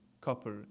couple